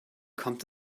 kommt